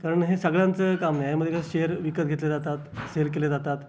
कारण हे सगळ्यांचं काम नाही आहे म्हणजे कं शेअर विकत घेतले जातात शेअर केले जातात